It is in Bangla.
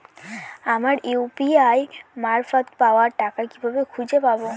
আমার ইউ.পি.আই মারফত পাওয়া টাকা কিভাবে খুঁজে পাব?